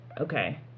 okay